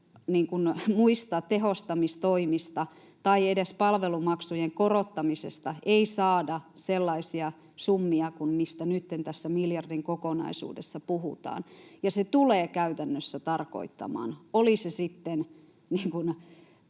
muista tehostamistoimista tai edes palvelumaksujen korottamisista ei saada sellaisia summia kuin mistä nytten tässä miljardin kokonaisuudessa puhutaan. Se tulee käytännössä tarkoittamaan, oli se miljardi